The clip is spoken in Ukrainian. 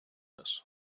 раз